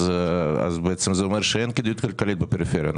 זה אומר שאין כדאיות כלכלית בפריפריה,